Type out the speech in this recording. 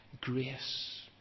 grace